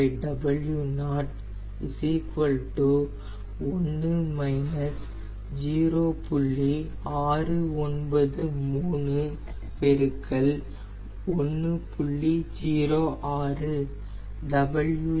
693 1